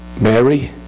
Mary